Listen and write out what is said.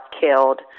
killed